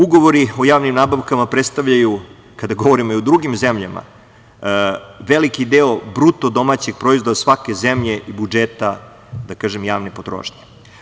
Ugovori o javnim nabavkama predstavljaju, kada govorimo o drugim zemljama, veliki deo bruto domaćeg proizvoda svake zemlje budžeta javne potrošnje.